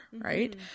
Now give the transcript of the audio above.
right